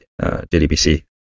JDBC